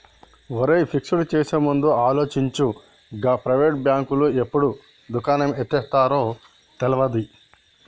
ఒరేయ్, ఫిక్స్ చేసేముందు ఆలోచించు, గా ప్రైవేటు బాంకులు ఎప్పుడు దుకాణం ఎత్తేత్తరో తెల్వది